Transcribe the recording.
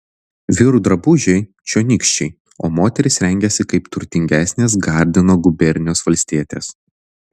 vyrų drabužiai čionykščiai o moterys rengiasi kaip turtingesnės gardino gubernijos valstietės